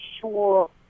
sure